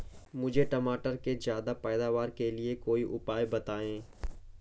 मुझे मटर के ज्यादा पैदावार के लिए कोई उपाय बताए?